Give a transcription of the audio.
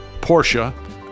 Porsche